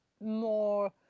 more